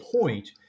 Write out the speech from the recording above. point